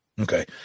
Okay